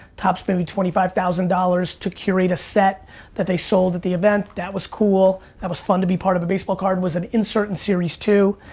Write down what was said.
topps paid me twenty five thousand dollars to curate a set that they sold at the event. that was cool. that was fun to be part of a baseball card, was an insert in series two,